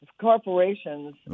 corporations